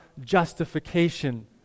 justification